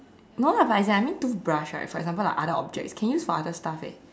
no lah but as in I mean like toothbrush right for example like other objects can use for other stuff eh